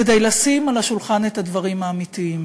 כדי לשים על השולחן את הדברים האמיתיים,